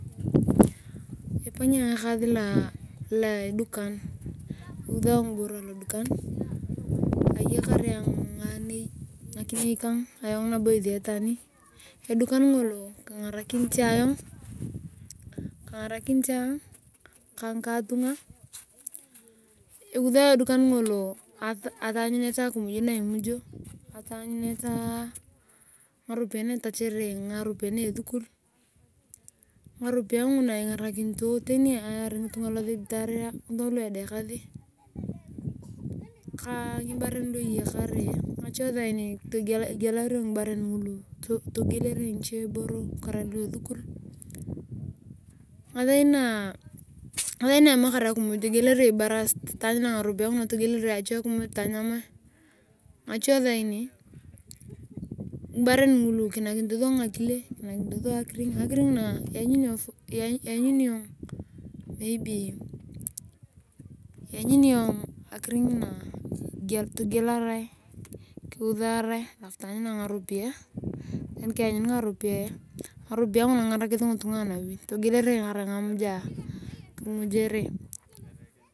Efanyi ayong ekaas lo edukan. lusao ngoboro aladukan ayakar ngakirei kang ayong nabo ngesi etani adukan ngolo kengarakirit ayong ka ngikatunga. Lusao edukan ngolo ataanyuneta akimiy na imujio ataanyunete ngaropiya na esukul ngaropuya nguna ingarakinito tani ayaar ngitunga losibitaria ngutunga hiedekasi ka ngiberen lueyakosi ngache saini egilialario ngibarengulu togelere ngiche buro karai lu esukul. Ngasairi ne emamakar akiyimiy egelario ebarasit taanyunae ngaropiyae ngina togielero achekimiy tanyamae ngache sairi ngibaren ngulu kinakinito sua ngakile ka akiringi. Akiring ngina lanyuni. Yong maybe togielarae. kuhusarae alf taanyunai ngaropiyae. anikeanyun ngaropiyae. ngaropiyae nguna kingaraku ngitunga anairi togielere karai ngamiya kimusere.